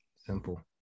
Simple